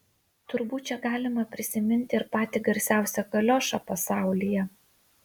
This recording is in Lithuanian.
turbūt čia galima prisiminti ir patį garsiausią kaliošą pasaulyje